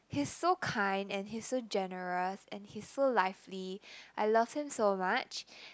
he's so kind and he's so generous and he's so lively I love him so much